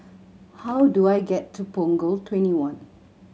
how do I get to Punggol Twenty one